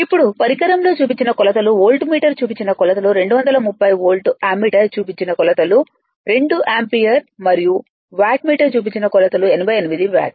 ఇప్పుడు పరికరం లో చూపించిన కొలతలు వోల్ట్ మీటర్ చూపించిన కొలతలు 230 వోల్ట్ అమ్మీటర్ చూపించిన కొలతలు 2 యాంపియర్ మరియు వాట్మీటర్ చూపించిన కొలతలు 88 వాట్